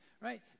right